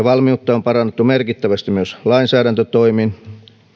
valmiutta on parannettu merkittävästi myös lainsäädäntötoimin